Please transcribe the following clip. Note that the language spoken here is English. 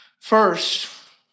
First